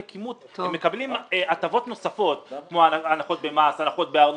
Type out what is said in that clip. הם מקבלים הטבות נוספות כמו הנחות במס והנחות בארנונה.